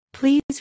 Please